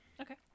Okay